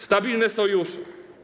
Stabilne sojusze.